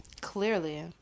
Clearly